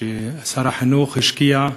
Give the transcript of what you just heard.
ששר החינוך השקיע,